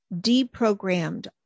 deprogrammed